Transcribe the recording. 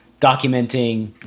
documenting